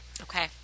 Okay